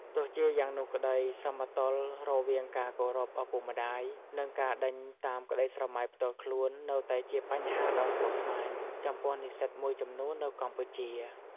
ទោះជាយ៉ាងនោះក្ដី សមតុល្យរវាងការគោរពឪពុកម្ដាយ និងការដេញតាមក្ដីស្រមៃផ្ទាល់ខ្លួន នៅតែជាបញ្ហាដ៏ស្មុគស្មាញចំពោះនិស្សិតមួយចំនួននៅកម្ពុជា។